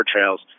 Trails